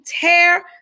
tear